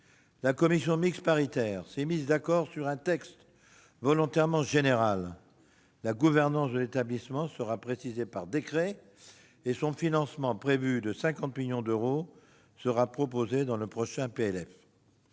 La commission mixte paritaire s'est mise d'accord sur un texte volontairement général. La gouvernance de l'établissement sera précisée par décret, et son financement de 50 millions d'euros sera prévu par le prochain